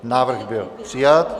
Návrh byl přijat.